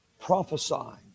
prophesying